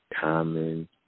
Common